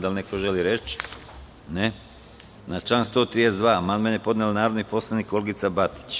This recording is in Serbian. Da li neko želi reč? (Ne) Na član 132. amandman je podnela narodni poslanik Olgica Batić.